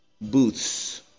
booths